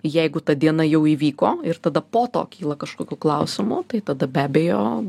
jeigu ta diena jau įvyko ir tada po to kyla kažkokių klausimų tai tada be abejo